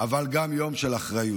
אבל גם יום של אחריות.